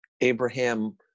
Abraham